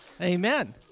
Amen